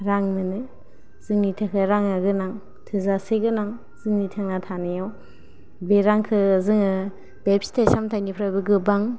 रां मोनो जोंनि थाखाय रांया गोनां थोजासे गोनां जोेंनि थांना थानायाव बे रांखौ जोङो बे फिथाय सामथायनिफ्रायबो गोबां